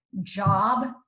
job